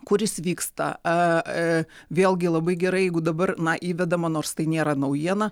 kuris vyksta a e vėlgi labai gerai jeigu dabar na įvedama nors tai nėra naujiena